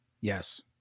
Yes